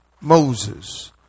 Moses